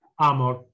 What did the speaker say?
Amor